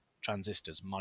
transistors